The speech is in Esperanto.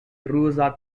ruza